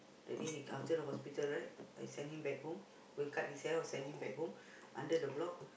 that day he after the hospital right I send him back home we cut his hair send him back home under the block